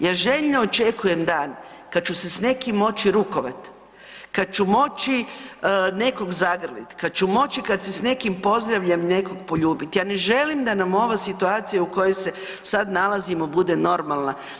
Ja željno očekujem dan kad ću se s nekim moći rukovat, kad ću moći nekog zagrlit, kad ću moći kad se s nekim pozdravljam nekog poljubit, ja ne želim da nam ova situacija u kojoj se sad nalazimo, bude normalna.